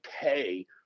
pay